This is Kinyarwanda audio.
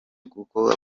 kuko